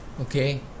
okay